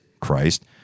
Christ